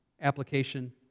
Application